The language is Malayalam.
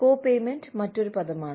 കോപേയ്മെന്റ് മറ്റൊരു പദമാണ്